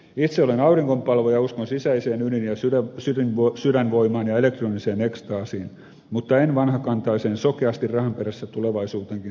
itse olen auringonpalvoja ja uskon sisäiseen ydin ja sydänvoimaan ja elektroniseen ekstaasiin mutta en vanhakantaiseen sokeasti rahan perässä tulevaisuuteenkin